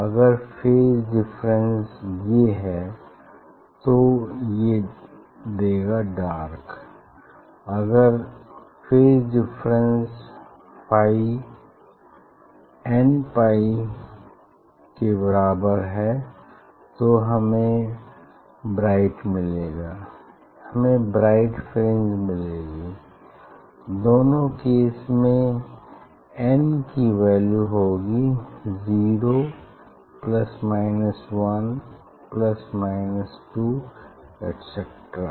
अगर phase difference ये है तो ये देगा डार्क अगर phase difference phi n pi के बराबर है तो हमें ब्राइट मिलेगा हमें ब्राइट फ्रिंज मिलेगी दोनों केस में एन की वैल्यू होगी zero plus minus one plus minus two etcetera